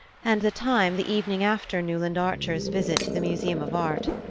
and the time the evening after newland archer's visit to the museum of art.